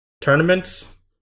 tournaments